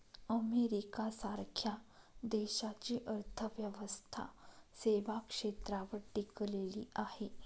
America सारख्या देशाची अर्थव्यवस्था सेवा क्षेत्रावर टिकलेली आहे